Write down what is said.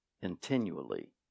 continually